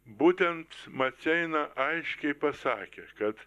būtent maceina aiškiai pasakė kad